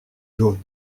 jaune